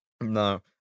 No